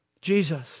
Jesus